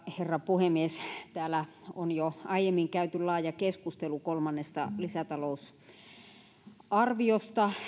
herra puhemies täällä on jo aiemmin käyty laaja keskustelu kolmannesta lisätalousarviosta